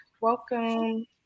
Welcome